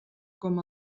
com